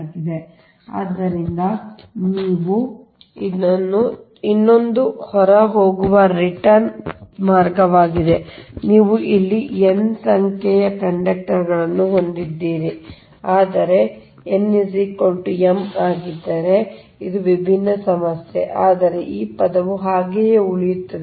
ಆದ್ದರಿಂದ ನೀವು ತುಂಬಾ ಸರಳವಾಗಿ ಅರ್ಥಮಾಡಿಕೊಂಡಿದ್ದೀರಿ ಎಂದು ನಾನು ಭಾವಿಸುತ್ತೇನೆ ವಾಸ್ತವವಾಗಿ ಇದು ಒಳಬರುವ ಇನ್ನೊಂದು ಹೊರಹೋಗುವ ರಿಟರ್ನ್ ಮಾರ್ಗವಾಗಿದೆ ನೀವು ಅಲ್ಲಿ n ಸಂಖ್ಯೆಯ ಕಂಡಕ್ಟರ್ ಗಳನ್ನು ಹೊಂದಿದ್ದೀರಿ ಆದರೆ n m ಆಗಿದ್ದರೆ ವಿಭಿನ್ನ ಸಮಸ್ಯೆ ಆದರೆ ಈ ಪದವು ಹಾಗೆಯೇ ಉಳಿಯುತ್ತದೆ